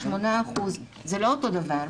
1.8%. זה לא אותו דבר,